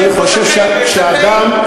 אני חושב שאדם,